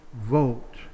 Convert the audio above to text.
vote